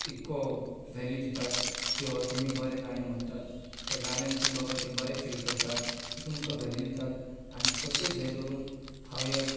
इतलो वेल्यू दितात की बाबा तुमी बरे गाणे म्हणटात ते गाण्यांतसून बाबा ते बरे फील करतात ते तुमकां वेल्यू दितात आनी तशेंच हें दवरून हांव ह्या